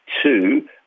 Two